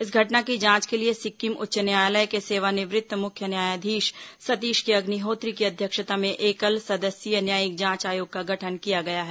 इस घटना की जांच के लिए सिक्किम उच्च न्यायालय के सेवानिवृत्त मुख्य न्यायधीश सतीश के अग्निहोत्री की अध्यक्षता में एकल सदस्यीय न्यायिक जांच आयोग का गठन किया गया है